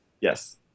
Yes